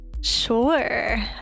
sure